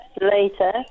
later